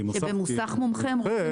זה מוסך מומחה.